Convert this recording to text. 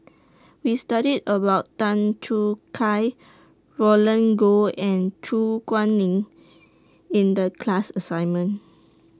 We studied about Tan Choo Kai Roland Goh and Su Guaning in The class assignment